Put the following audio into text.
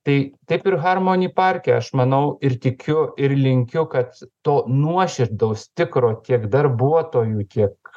tai taip ir harmoni parke aš manau ir tikiu ir linkiu kad to nuoširdaus tikro tiek darbuotojų tiek